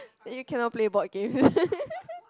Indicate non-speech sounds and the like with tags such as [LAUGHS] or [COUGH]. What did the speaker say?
then you cannot play board games [LAUGHS]